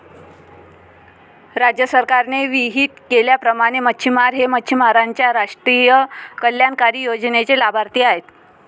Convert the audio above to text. राज्य सरकारने विहित केल्याप्रमाणे मच्छिमार हे मच्छिमारांच्या राष्ट्रीय कल्याणकारी योजनेचे लाभार्थी आहेत